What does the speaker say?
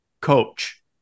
coach